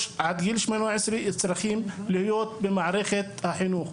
עד גיל 18 צריכים להיות במערכת החינוך.